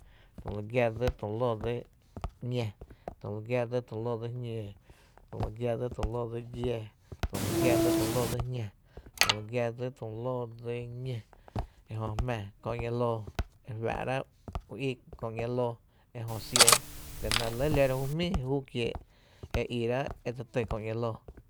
tü lu gia dsi tu lóó dsi ‘ñá, tü lu gia dsi tu lóó dsi jñǿǿ, tü lu gia dsi tu lóó dsi giⱥⱥ, tü lu gia dsi tu lóó dsi jñá, tü lu gia dsi tu lóó dsi ñó, ejö jmáá kö ‘ña lóó, ejö kö ‘ña lóó la nɇ re lɇ lorá’ ju jmíi e í ráá’ e dse ty köö ‘ña lóó.